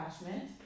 attachment